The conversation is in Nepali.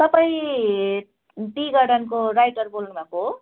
तपाईं टी गार्डनको राइटर बोल्नुभएको हो